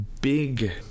Big